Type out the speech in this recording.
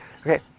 okay